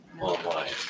online